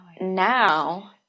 now